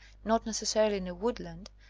not necessarily in a woodland,